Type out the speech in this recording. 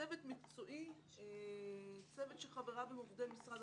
"צוות מקצועי" צוות שחבריו הם עובד משרד